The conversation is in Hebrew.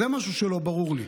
זה משהו שהוא לא ברור לי.